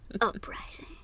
Uprising